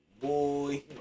Boy